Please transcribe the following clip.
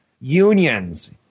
Unions